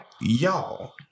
y'all